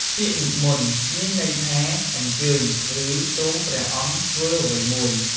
ពាក្យនិមន្ត មានន័យថា "អញ្ជើញ" ឬ "សូមព្រះសង្ឃធ្វើអ្វីមួយ"។